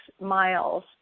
miles